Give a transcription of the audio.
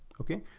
okay.